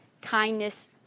Kindness